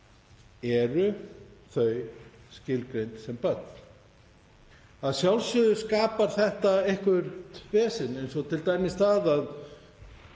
eru þau skilgreind sem börn. Að sjálfsögðu skapar þetta eitthvert vesen eins og t.d. það að